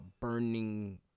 burning